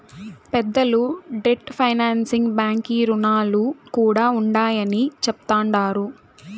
పెద్దలు debt financing బాంకీ రుణాలు కూడా ఉండాయని చెప్తండారు